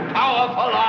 powerful